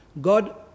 God